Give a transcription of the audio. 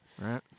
Right